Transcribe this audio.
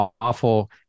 awful